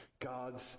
God's